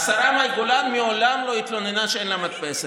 השרה מאי גולן מעולם לא התלוננה שאין לה מדפסת.